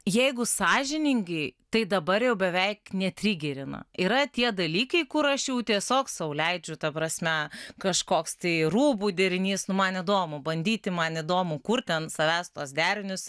jeigu sąžiningai tai dabar jau beveik netrigerina yra tie dalykai kur aš jau tiesiog sau leidžiu ta prasme kažkoks tai rūbų derinys nu man įdomu bandyti man įdomu kurti ant savęs tuos derinius